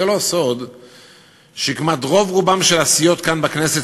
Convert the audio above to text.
זה לא סוד שכמעט רוב-רובן של הסיעות כאן בכנסת